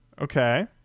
Okay